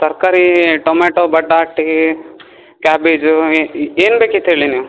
ತರಕಾರೀ tomato ಬಟಾಟಿ cabbage ಏನು ಬೇಕಿತ್ತು ಹೇಳಿ ನೀವು